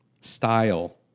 style